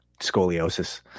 scoliosis